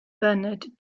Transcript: bernard